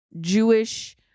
jewish